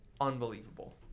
unbelievable